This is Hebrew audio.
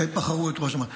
-- בחרו את ראש המועצה.